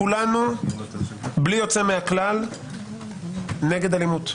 כולנו בלי יוצא מהכלל נגד אלימות.